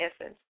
essence